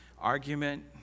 argument